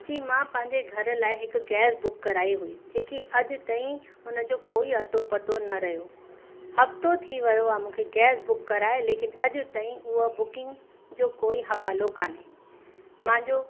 जी मां पंहिंजे घर लाइ हिकु गैस बुक कराई हुई जेकी अॼ ताईं हुन जो कोई अतो पतो न रहियो हफ़्तो थी वियो आहे मूंखे गैस बुक कराए लेकिन अॼ ताईं उहो बुकिंग जो कोई हवालो कोन्हे मुंहिंजो